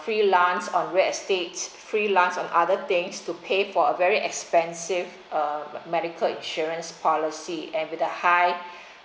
freelance on real estate freelance on other things to pay for a very expensive uh medical insurance policy and with a high